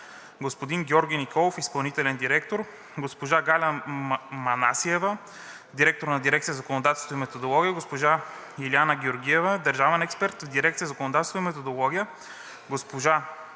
господин Георги Николов – изпълнителен директор, госпожа Галя Манасиева – директор на дирекция „Законодателство и методология“, госпожа Илияна Георгиева – държавен експерт в дирекция „Законодателство и методология“, госпожа